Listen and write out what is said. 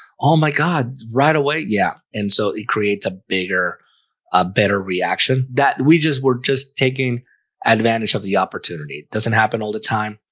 my god right away yeah, and so it creates a bigger a better reaction that we just were just taking advantage of the opportunity doesn't happen all the time.